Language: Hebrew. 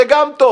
זה גם טוב,